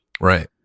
right